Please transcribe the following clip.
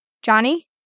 Johnny